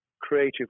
creative